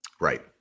right